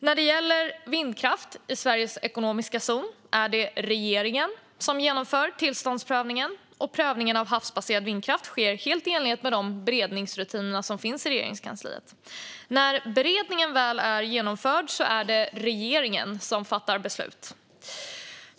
När det gäller vindkraft i Sveriges ekonomiska zon är det regeringen som genomför tillståndsprövningen, och prövningen av havsbaserad vindkraft sker helt i enlighet med de beredningsrutiner som finns i Regeringskansliet. När beredningen väl är genomförd är det regeringen som fattar beslut.